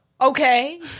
Okay